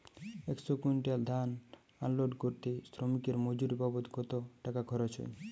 একশো কুইন্টাল ধান আনলোড করতে শ্রমিকের মজুরি বাবদ কত টাকা খরচ হয়?